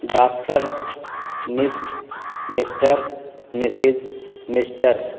doctor miss mister missus mistress